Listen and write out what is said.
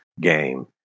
game